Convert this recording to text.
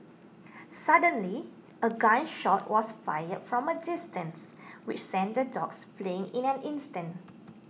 suddenly a gun shot was fired from a distance which sent the dogs fleeing in an instant